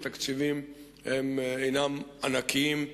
התקציבים אינם ענקיים.